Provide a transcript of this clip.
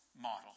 model